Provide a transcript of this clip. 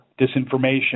disinformation